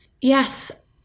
yes